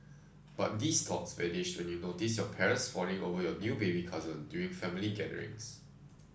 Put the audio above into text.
but these thoughts vanished when you notice your parents fawning over your new baby cousin during family gatherings